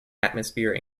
atmosphere